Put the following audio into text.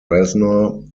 reznor